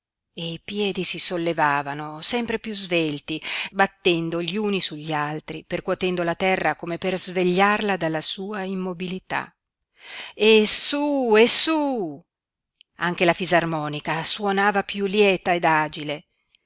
i piedi si sollevavano se uno e li altri percuotendo la terra come per svegliarla dalla sua immobilità e su e su anche la fisarmonica suonava piú lieta ed agile